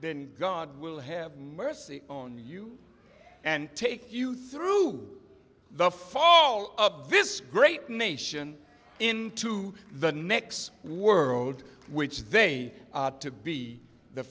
then god will have mercy on you and take you through the fall of this great nation into the next world which they to be the